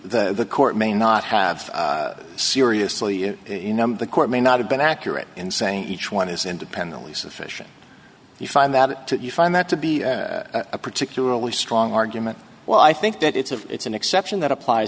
really the court may not have seriously you know the court may not have been accurate in saying each one is independently sufficient if you find that you find that to be a particularly strong argument well i think that it's a it's an exception that applies